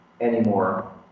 anymore